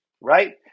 right